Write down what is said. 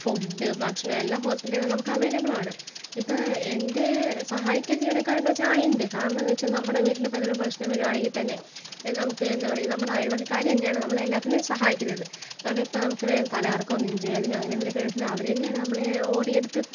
food ഭക്ഷണോം എല്ലാം ഹോസ്പിറ്റലിൽ നമുക്ക് അവൈലബിൾ ആണ് ഇപ്പം എൻ്റെ സഹായിക്കാൻ ജീവനക്കാർ ഉണ്ടോ എന്ന് ചോദിച്ചാൽ ആ ഉണ്ട് കാരണം എന്താന്ന് വെച്ചാൽ നമ്മുടെ വീട്ടിൽ ഇപ്പം ഏന്തെലും പ്രശ്നം വരുവാണെങ്കിൽ തന്നെ നമുക്ക് എന്താ പറയാ നമ്മുടെ അയൽവക്കക്കാർ തന്നെയാണ് നമ്മളെ എല്ലാത്തിനും സഹായിക്കുന്നത് കാരണം ഇപ്പം നമുക്ക് വേഗം തലകറക്കോം നെഞ്ച് വേദന അങ്ങനെ എന്തെങ്കിലുവൊക്കെ ആയിട്ടുണ്ടെങ്കിൽ അവർ തന്നെയാണ് നമ്മളെ ഓടിയെടുത്ത്